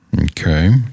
Okay